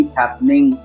happening